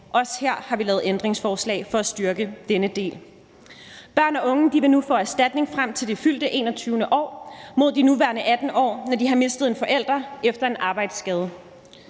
Også her har vi stillet ændringsforslag for at styrke denne del. Børn og unge vil nu få erstatning frem til det fyldte 21. år mod de nuværende 18 år, når de har mistet en forælder efter en arbejdsskade.